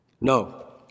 No